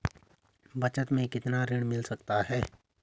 बचत मैं कितना ऋण मिल सकता है?